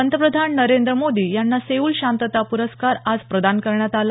पंतप्रधान नरेंद्र मोदी यांना सेऊल शांतता प्रस्कार आज प्रदान करण्यात आला